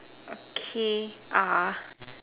okay err